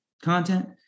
content